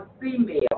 female